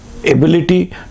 ability